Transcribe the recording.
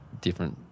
different